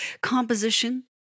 composition